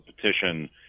petition